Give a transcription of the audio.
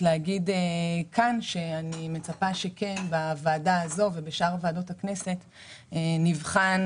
אני מצפה שבוועדה הזאת ובשאר ועדות הכנסת נבחן